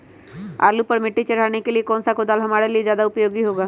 आलू पर मिट्टी चढ़ाने के लिए कौन सा कुदाल हमारे लिए ज्यादा उपयोगी होगा?